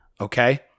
Okay